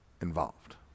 involved